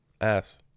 Ass